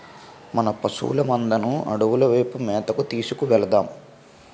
మన పశువుల మందను అడవుల వైపు మేతకు తీసుకు వెలదాం